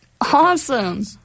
Awesome